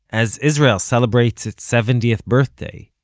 as israel celebrates its seventieth birthday.